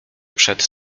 przed